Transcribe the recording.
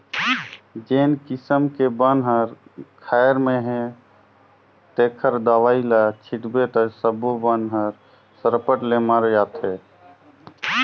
जेन किसम के बन हर खायर में हे तेखर दवई ल छिटबे त सब्बो बन हर सरपट ले मर जाथे